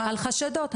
על חשדות,